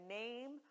name